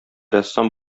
рәссам